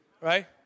right